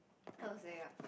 how to say ah